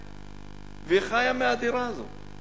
בטבריה והיא חיה מהדירה הזאת.